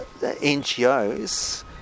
NGOs